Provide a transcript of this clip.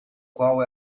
qual